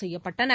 செய்யப்பட்டன